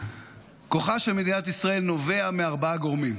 כוחה של מדינת ישראל נובע מארבעה גורמים: